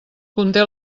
conté